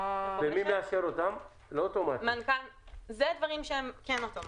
אלה דברים שהם כן אוטומטיים.